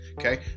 Okay